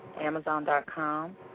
Amazon.com